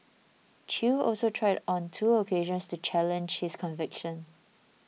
Chew also tried on two occasions to challenge his conviction